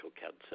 cancer